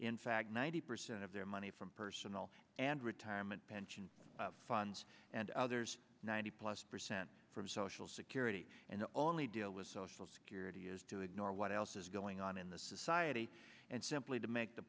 in fact ninety percent of their money from personal and retirement pension funds and others ninety plus percent from security and the only deal with social security is to ignore what else is going on in the society and simply to make the